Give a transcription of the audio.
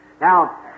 Now